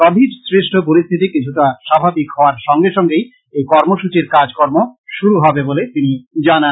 covid সৃষ্ট পরিস্থিতি কিছুটা স্বাভাবিক হওয়ার সঙ্গে সঙ্গেই এই কর্মসূচীর কাজ কর্ম শুরু হবে বলে তিনি জানান